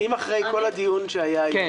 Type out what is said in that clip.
אם אחרי כל הדיון שהיה היום